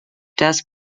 das